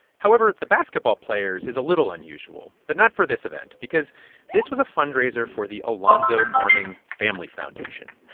however, the basketball players is a little unusual but not for this event because this was a fundraiser for the alonzo mourning family foundation.